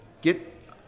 get